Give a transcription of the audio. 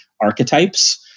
archetypes